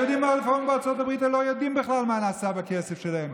היהודים הרפורמים בארצות הברית לא יודעים בכלל מה נעשה בכסף שלהם,